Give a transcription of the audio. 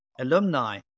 alumni